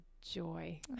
joy